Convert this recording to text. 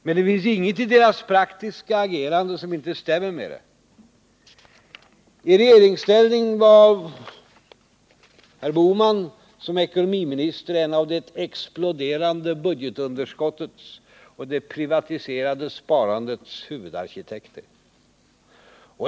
Men det finns inget i deras praktiska agerande som inte stämmer med det. I regeringsställning var herr Bohman som ekonomiminister en av det exploderande budgetunderskottets och det privatiserade sparandets huvudarkitekter.